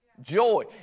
Joy